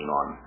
on